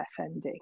FND